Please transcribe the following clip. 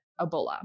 Ebola